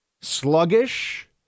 sluggish